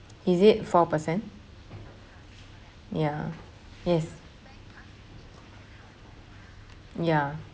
is it four percent ya yes ya